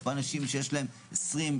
יש פה אנשים שיש להם 20,